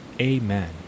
Amen